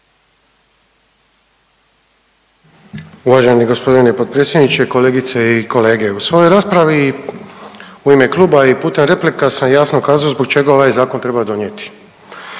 Uvaženi g. potpredsjedniče, kolegice i kolege U svojoj raspravi u ime kluba i putem replika sam jasno kazao zbog čega ovaj zakon treba donijeti,